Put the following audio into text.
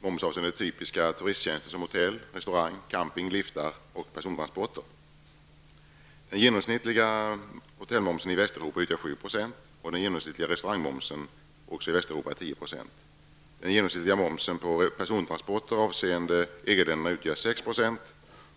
moms på typiska turisttjänster som hotell, restauranger, camping, liftar och persontransporter. Den genomsnittliga hotellmomsen i Västeuropa ligger på 7 % och den genomsnittliga restaurangmomsen på 10 %. Den genomsnittliga momsen på persontransporter i EG länderna ligger på 6 %.